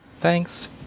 Thanks